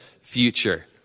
future